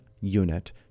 unit